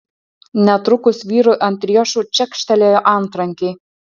netrukus vyrui ant riešų čekštelėjo antrankiai